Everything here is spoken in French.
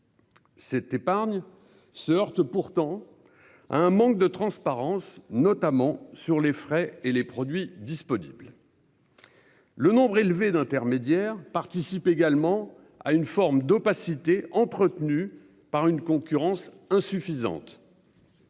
Cette épargne se heurte pourtant à un manque de transparence notamment sur les frais et les produits disponibles. Le nombre élevé d'intermédiaires participe également à une forme d'opacité entretenue par une concurrence insuffisante.